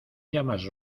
llamas